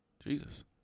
Jesus